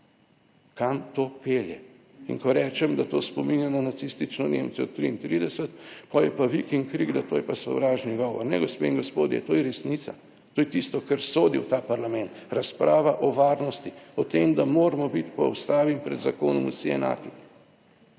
Kam to pelje? In, ko rečem, da to spominja na nacistično Nemčijo 33, potem je pa vik in krik, da to je pa sovražni govor. Ne, gospe in gospodje, to je resnica. To je tisto kar sodi v ta parlament, razprava o varnosti, o tem, da moramo biti po Ustavi in pred zakonom vsi enaki